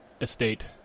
estate